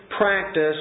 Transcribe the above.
practice